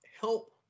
help